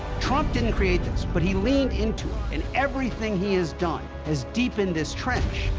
trump didn't create this, but he leaned into it and everything he has done has deepened this trench.